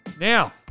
Now